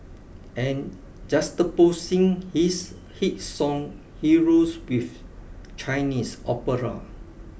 and juxtaposing his hit song Heroes with Chinese opera